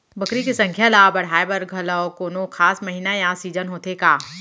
बकरी के संख्या ला बढ़ाए बर घलव कोनो खास महीना या सीजन होथे का?